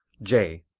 j.